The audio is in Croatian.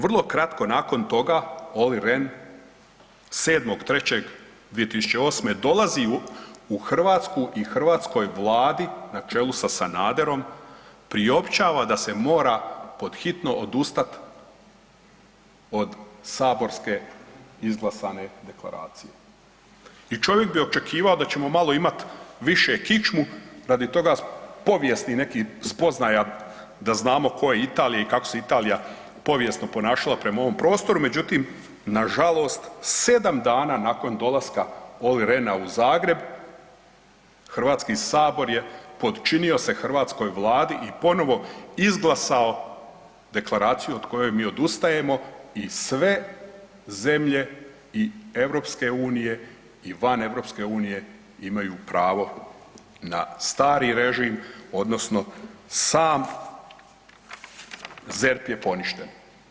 Vrlo kratko nakon toga Olli Rehn 7.3.2008. dolazi u Hrvatsku i hrvatskoj vladi na čelu sa Sanaderom priopćava da se mora pod hitno odustat od saborske izglasane deklaracije i čovjek bi očekivao da ćemo malo imat više kičmu radi toga povijesnih nekih spoznaja da znamo ko je Italija i kako se Italija povijesno ponašala prema ovom prostoru, međutim nažalost 7 dana nakon dolaska Olli Rehna u Zagreb HS je potčinio se hrvatskoj vladi ponovo izglasao deklaraciju od koje mi odustajemo i sve zemlje i EU i van EU imaju pravo na stari režim odnosno sam ZERP je poništen.